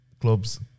clubs